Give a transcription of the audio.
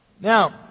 Now